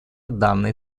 данной